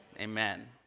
Amen